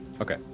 Okay